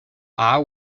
are